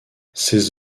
ses